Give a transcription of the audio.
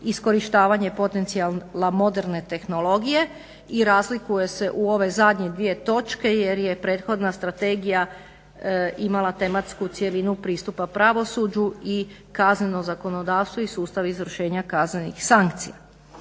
iskorištavanje potencijala moderne tehnologije i razlikuje se u ove zadnje dvije točke jer je prethodna strategija imala tematsku cjelinu pristupa pravosuđu i kazneno zakonodavstvo i sustav izvršenja kaznenih sankcija.